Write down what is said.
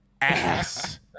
Ass